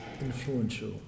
influential